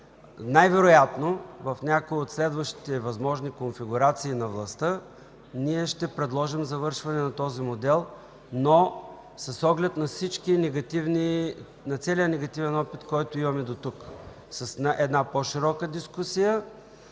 най-вероятно в някоя от следващите възможни конфигурации на властта ние ще предложим завършване на този модел с оглед на целия негативен опит, който имаме дотук. С по-широка дискусия